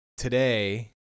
Today